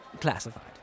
Classified